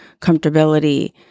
comfortability